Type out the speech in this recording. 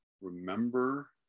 remember